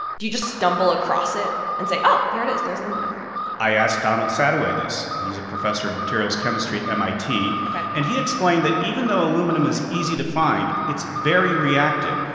do you just stumble across it and say, oh, there it is. there's aluminum i asked donald sadoway this. he's a professor of materials chemistry at mit ok and he explained that even though aluminum is easy to find, it's very reactive.